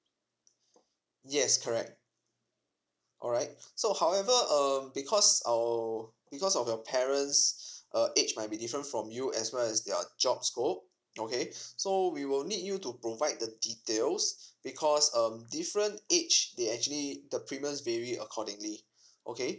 yes correct alright so however um because our so because of your parents uh age might be different from you as well as their job scope okay so we will need you to provide the details because um different age they actually the premiums vary accordingly okay